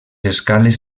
escales